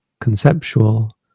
conceptual